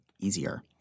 easier